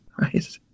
Right